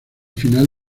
final